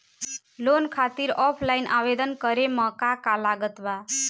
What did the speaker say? Loan खातिर offline आवेदन करे म का का लागत बा?